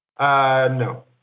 No